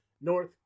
North